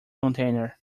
container